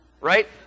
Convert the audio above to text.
right